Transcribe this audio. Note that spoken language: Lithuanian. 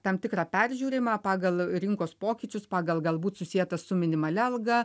tam tikrą peržiūrėjimą pagal rinkos pokyčius pagal galbūt susietas su minimalia alga